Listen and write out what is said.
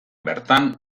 bertan